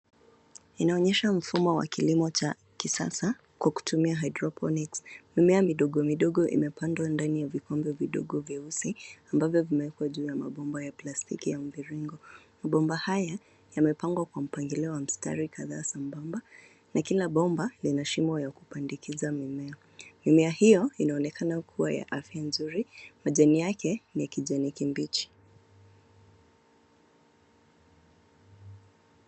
Inaonyesha mfumo wa kilimo cha kisasa kwa kutumia hydroponics . Mimea midogo midogo imepandwa ndani ya vikombe vidogo vieusi ambavyo vimewekwa juu ya mabomba ya plastiki ya mviringo. Mabomba haya yamepangwa kwa mpangilio wa mistari kadhaa sabamba, na kila bomba lina shimo ya kupandikiza mimea. Mimea hiyo inaonekana kua ya afya nzuri, majani yake ni ya kijani kibichi.